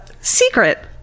secret